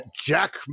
Jack